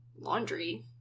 Laundry